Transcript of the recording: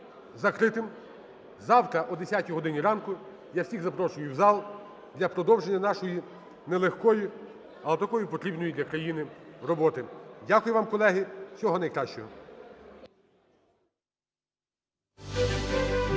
закритим. Завтра о 10-й годині ранку я всіх запрошую в зал для продовження нашої нелегкої, але такої потрібної для країни роботи. Дякую.